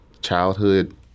childhood